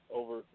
over